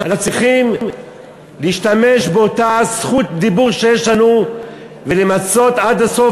אנחנו צריכים להשתמש באותה זכות דיבור שיש לנו ולמצות עד הסוף,